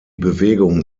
bewegung